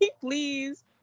please